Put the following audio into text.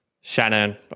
Shannon